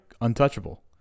untouchable